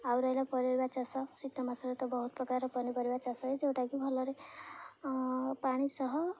ଆଉ ରହିଲା ପନପରିବା ଚାଷ ଶୀତ ମାସରେ ତ ବହୁତ ପ୍ରକାର ପନିପରିବା ଚାଷ ହୋଇ ଯେଉଁଟାକି ଭଲରେ ପାଣି ସହ